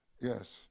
Yes